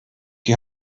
die